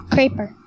Creeper